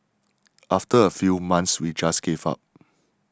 after a few months we just gave up